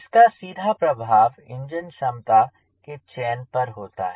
इसका सीधा प्रभाव इंजन क्षमता के चयन पर होता है